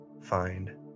find